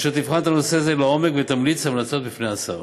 אשר תבחן את הנושא הזה לעומק ותמליץ המלצות בפני השר.